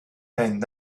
and